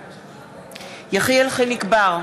בעד יחיאל חיליק בר,